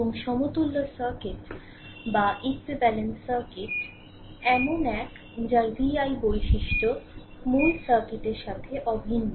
এবং সমতুল্য সার্কিট এমন এক যার v i বৈশিষ্ট্য মূল সার্কিটের সাথে অভিন্ন